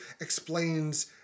explains